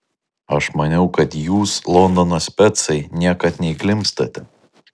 aš maniau kad jūs londono specai niekad neįklimpstate